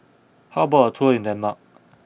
how about a tour in Denmark